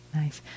nice